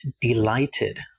delighted